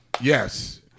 yes